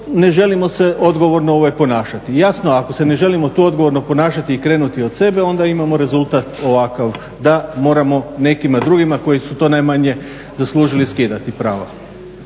ne želimo se odgovorno ponašati. Jasno, ako se ne želimo tu odgovorno ponašati i krenuti od sebe onda imamo rezultat ovakav da moramo nekima drugima koji su to najmanje zaslužili skidati prava.